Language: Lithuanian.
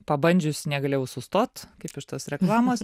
pabandžius negalėjau sustot kaip iš tos reklamos